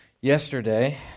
yesterday